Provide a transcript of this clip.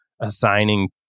assigning